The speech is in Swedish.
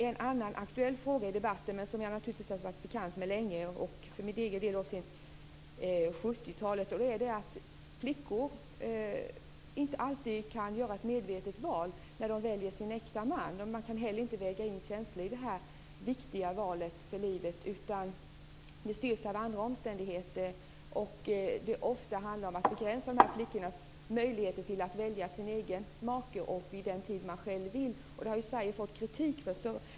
En annan aktuell fråga i debatten, som jag naturligtvis har varit bekant med länge, sedan 70-talet, är att flickor inte alltid kan göra ett medvetet val när de väljer äkta man. De kan inte heller väga in känslor i detta viktiga val för livet. Detta styrs av andra omständigheter. Det handlar ofta om att begränsa flickors möjligheter att välja sin make och vid den tid de själva vill. Detta har Sverige fått kritik för.